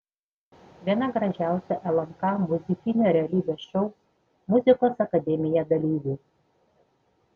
viena gražiausių lnk muzikinio realybės šou muzikos akademija dalyvių